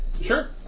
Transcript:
Sure